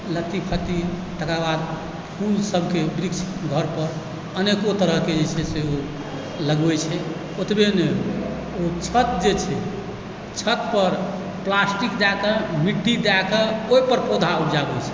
लत्ती फत्ति तकर बाद फूल सबके वृक्ष घर पर अनेको तरहकेँ जे छै से लगबै छै ओतबे नहि ओ छत जे छै छत पर प्लास्टिक दए कऽ मिट्टी दए कऽ ओहि पर पौधा उपजाबै छै